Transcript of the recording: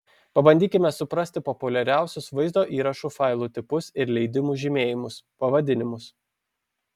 pabandykime suprasti populiariausius vaizdo įrašų failų tipus ir leidimų žymėjimus pavadinimus